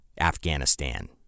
Afghanistan